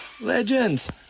Legends